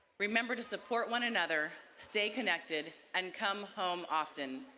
remember to support one another, stay connected and come home often.